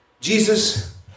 Jesus